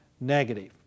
negative